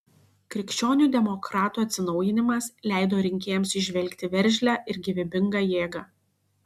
krikščionių demokratų atsinaujinimas leido rinkėjams įžvelgti veržlią ir gyvybingą jėgą